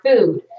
food